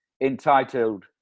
entitled